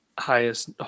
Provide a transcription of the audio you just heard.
highest